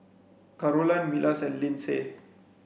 Carolann Milas and Lynsey